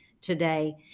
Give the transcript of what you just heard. today